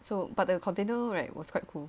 so but the container right was quite cool